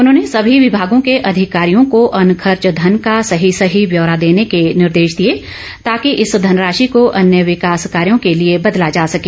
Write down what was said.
उन्होंने सभी विमागों के अधिकारियों को अनखर्च धन का सही सही ब्योरा देने के निर्देश दिए ताकि इस धन राशि को अन्य विकास कार्यो के लिए बदला जा सके